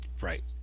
right